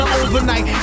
overnight